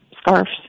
scarves